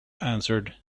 answered